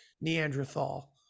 Neanderthal